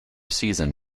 season